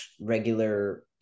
regular